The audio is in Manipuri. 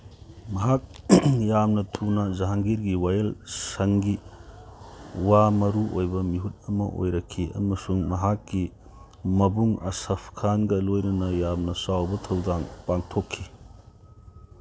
ꯃꯍꯥꯛ ꯌꯥꯝꯅ ꯊꯨꯅ ꯖꯍꯥꯡꯒꯤꯔꯒꯤ ꯋꯥꯌꯦꯜꯁꯪꯒꯤ ꯋꯥ ꯃꯔꯨꯑꯣꯏꯕ ꯃꯤꯍꯨꯠ ꯑꯃ ꯑꯣꯏꯔꯛꯈꯤ ꯑꯃꯁꯨꯡ ꯃꯍꯥꯛꯀꯤ ꯃꯕꯨꯡ ꯑꯁꯐ ꯈꯥꯟꯒ ꯂꯣꯏꯅꯅ ꯌꯥꯝꯅ ꯆꯥꯎꯕ ꯊꯧꯗꯥꯡ ꯄꯥꯡꯊꯣꯛꯈꯤ